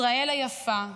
ישראל היפה,